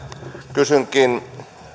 kysynkin